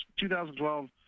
2012